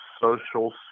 Social